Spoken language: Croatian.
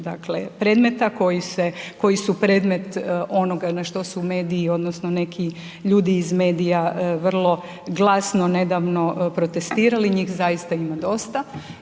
dakle predmeta koji su predmet onoga na što su mediji, odnosno neki ljudi iz medija vrlo glasno nedavno protestirali, njih zaista ima dosta,